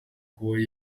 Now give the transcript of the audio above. kubaho